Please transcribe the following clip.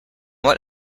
what